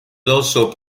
also